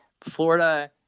florida